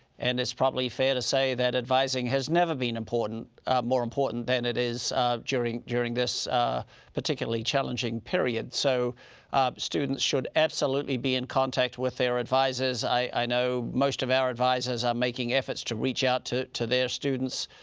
and it's probably fair to say that advising has never been more important than it is during during this particularly challenging period. so students should absolutely be in contact with their advisors. i know most of our advisors are making efforts to reach out to to their students.